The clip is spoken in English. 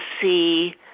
see